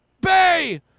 Bay